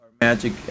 magic